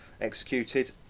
executed